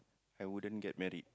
I wouldn't get married